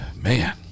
man